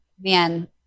man